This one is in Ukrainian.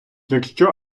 якщо